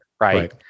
Right